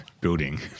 building